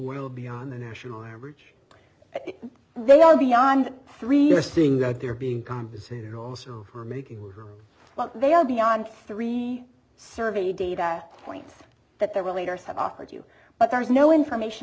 will be on the national average they are beyond three you're seeing that they're being well they are beyond three survey data points that there were leaders have offered you but there is no information